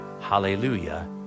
Hallelujah